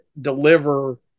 deliver